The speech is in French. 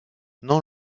non